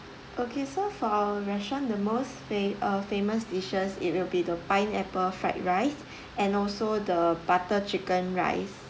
okay so for our restaurant the most fa~ uh famous dishes it will be the pineapple fried rice and also the butter chicken rice